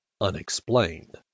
unexplained